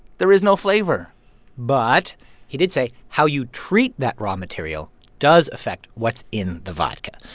there is no flavor but he did say how you treat that raw material does affect what's in the vodka.